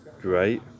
Great